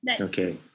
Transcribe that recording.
Okay